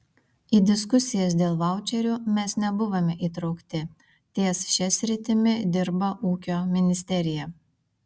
į diskusijas dėl vaučerių mes nebuvome įtraukti ties šia sritimi dirba ūkio ministerija